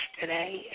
today